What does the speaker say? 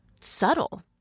subtle